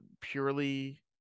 purely